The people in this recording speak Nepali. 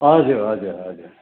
हजुर हजुर हजुर